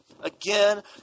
again